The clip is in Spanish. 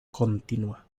continua